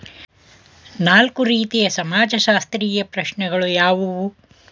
ನಾಲ್ಕು ರೀತಿಯ ಸಮಾಜಶಾಸ್ತ್ರೀಯ ಪ್ರಶ್ನೆಗಳು ಯಾವುವು?